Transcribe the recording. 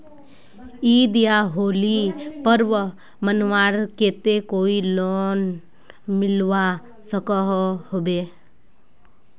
ईद या होली पर्व मनवार केते कोई लोन मिलवा सकोहो होबे?